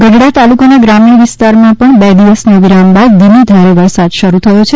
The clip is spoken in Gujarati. ગઢડા તાલુકાના ગ્રામીણ વિસ્તારાં બે દિવસના વિરામ બાદ ધીમી ધારે વરસાદ શરૂ થયો છે